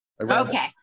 okay